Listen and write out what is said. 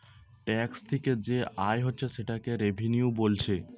tax থিকে যে আয় হচ্ছে সেটাকে রেভিনিউ বোলছে